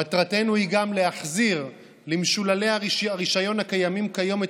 מטרתנו היא גם להחזיר למשוללי הרישיון הקיימים כיום את